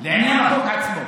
לעניין החוק עצמו,